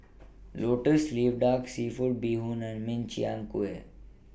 Lotus Leaf Duck Seafood Bee Hoon and Min Chiang Kueh